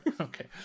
okay